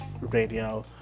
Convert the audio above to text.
Radio